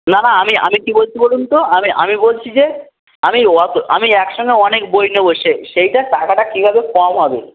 না না আমি আমি কী বলছি বলুন তো আমি আমি বলছি যে আমি অতো আমি একসঙ্গে অনেক বই নেবো সে সেইটা টাকাটা কীভাবে কম হবে